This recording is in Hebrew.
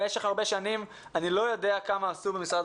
במשך השנים אני לא יודע כמה עשו במשרד